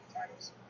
titles